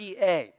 PA